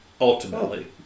ultimately